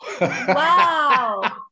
wow